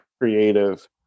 creative